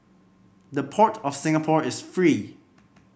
the Port of Singapore is free